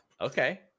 Okay